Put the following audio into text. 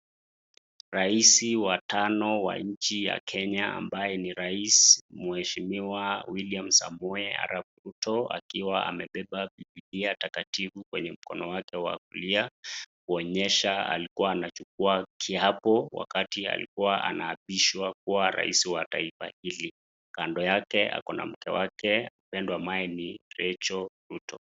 Rais wa tano wa nchi ya Kenya ambaye ni rais mheshimiwa William Samoei Arap Ruto akiwa amebeba Bibilia takatifu kwenye mkono wake wa kulia, kuonyesha likuwa anachukua kiapo wakati alikuwa anaapishwa kuwa rais wa taifa hili. Kando yake kuna mke wake mpendwa anaitwa Bi Recho Ruto.